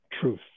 truth